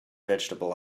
vegetable